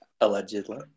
Allegedly